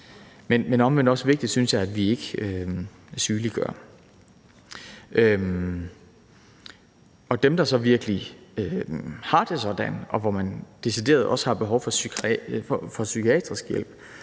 Men omvendt er det også vigtigt, synes jeg, at vi ikke sygeliggør dem. Kl. 21:38 Hvad angår dem, der virkelig har det sådan, og som decideret også har behov for psykiatrisk hjælp,